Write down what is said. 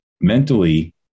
mentally